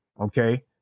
Okay